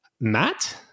Matt